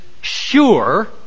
sure